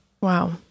Wow